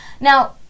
Now